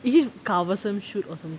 is it கவசம்:kavasam shoot or something